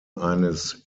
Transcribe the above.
eines